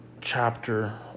chapter